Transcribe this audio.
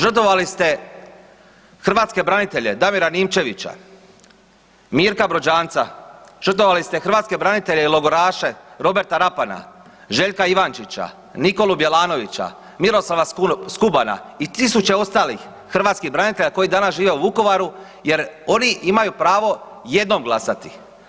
Žrtvovali ste hrvatske branitelje Damira Ninčevića, Mirka Brođanca, žrtvovali ste hrvatske branitelje i logoraše Roberta Rapana, Željka Ivančića, Nikolu Bjelanovića, Miroslava Skubana i tisuće ostalih hrvatskih branitelja koji danas žive u Vukovaru jer oni imaju pravo jednom glasati.